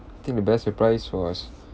I think the best surprise was